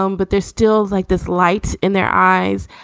um but there's still like this light in their eyes.